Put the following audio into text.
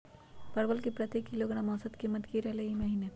परवल के प्रति किलोग्राम औसत कीमत की रहलई र ई महीने?